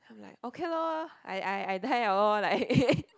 I'm like okay lor I I I die liao lor